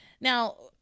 Now